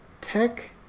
tech